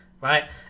right